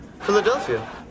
Philadelphia